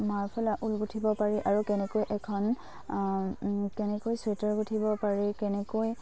মাৰফলা wool গুঠিব পাৰি আৰু কেনেকৈ এখন কেনেকৈ চুৱেটাৰ গুঠিব পাৰি কেনেকৈ